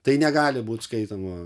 tai negali būti skaitoma